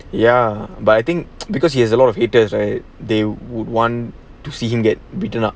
ya but I think because he has a lot of haters right they would want to see him get beaten up